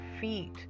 feet